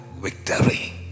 victory